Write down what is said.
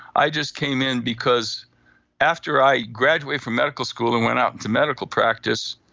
i just came in because after i graduated from medical school and went out into medical practice,